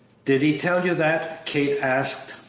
did he tell you that? kate asked,